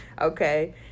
okay